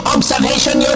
Observation